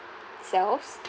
selves